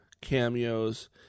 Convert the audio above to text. cameos